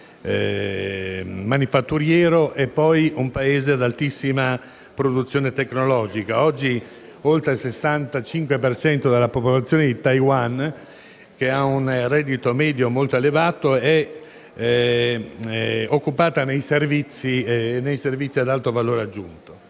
e manifatturiero e poi un Paese ad altissima produzione tecnologica. Oggi oltre il 65 per cento della popolazione di Taiwan, che ha un reddito medio molto elevato, è occupata nei servizi ad alto valore aggiunto.